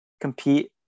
compete